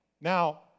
Now